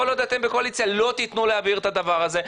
כל עוד אתם בקואליציה לא תיתנו להעביר את הדבר הזה.